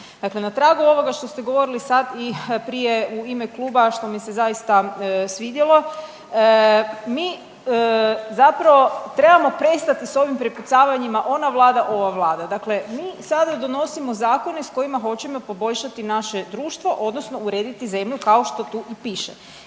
na tragu ovoga što ste govorili sad i prije u ime kluba što mi se zaista svidjelo, mi zapravo trebamo prestati s ovim prepucavanjima ona vlada, ova vlada. Dakle, mi sada donosimo zakone s kojima hoćemo poboljšati naše društvo odnosno urediti zemlju kao što tu i piše.